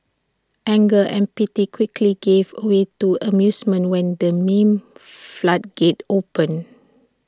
anger and pity quickly gave away to amusement when the meme floodgates opened